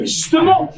Justement